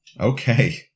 Okay